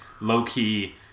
low-key